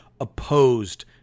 opposed